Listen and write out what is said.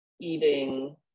eating